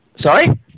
Sorry